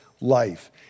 life